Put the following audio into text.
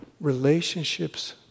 relationships